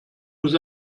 muss